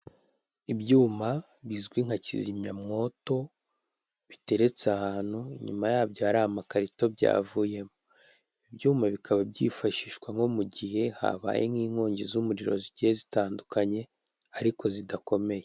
Ibyuma bizwi nka kizimyamwoto biteretse ahantu, inyuma yabyo hari amakarito byavuyemo ibi byuma bikaba byifashishwa nko mu gihe habaye nk'inkongi z'umuriro zigiye zitandukanye ariko zidakomeye.